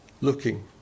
looking